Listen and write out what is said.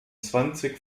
zwanzig